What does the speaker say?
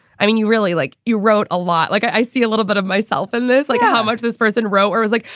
i mean, you really like you wrote a lot like i see a little bit of myself in this. like how much this person wrote or is like,